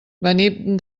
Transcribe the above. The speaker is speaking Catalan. venim